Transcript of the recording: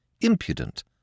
impudent